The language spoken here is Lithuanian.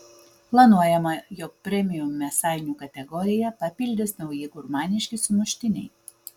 planuojama jog premium mėsainių kategoriją papildys nauji gurmaniški sumuštiniai